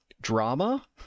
drama